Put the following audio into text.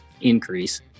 increase